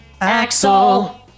Axel